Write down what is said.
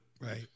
Right